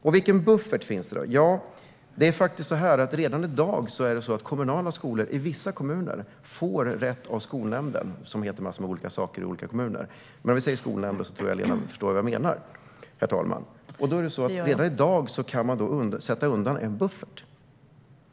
När det gäller buffert är det redan i dag så att kommunala skolor i vissa kommuner får rätt av skolnämnden - som heter olika saker i olika kommuner, men jag tror att Lena Hallengren förstår vad jag menar - att sätta undan en buffert.